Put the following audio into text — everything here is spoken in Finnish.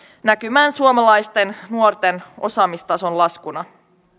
näkymään suomalaisten nuorten osaamistason laskuna